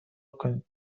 کنید